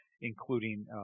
including